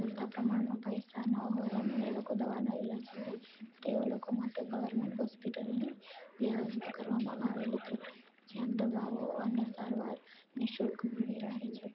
પૂરતા પ્રમાણમાં પૈસા ન હોય અને તે લોકો દવા નહીં લઈ શકે તે લોકો માટે ગવર્મેન્ટ હોસ્પિટલની વ્યવસ્થા કરવામાં આવેલી છે જ્યાં દવાઓ અને સારવાર નિ શુલ્ક મળી રહે છે